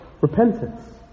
repentance